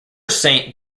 saint